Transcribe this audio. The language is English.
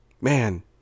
Man